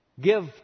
Give